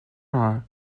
are